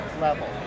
level